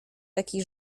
taki